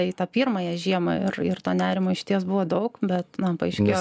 į tą pirmąją žiemą ir ir to nerimo išties buvo daug bet na paaiškėjo